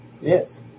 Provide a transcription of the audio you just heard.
Yes